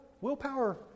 willpower